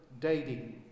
dating